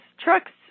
trucks